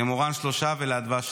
למורן שלושה ולאדווה שניים.